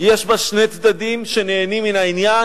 יש בה שני צדדים שנהנים מהעניין,